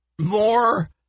more